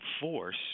force